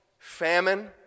Famine